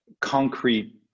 concrete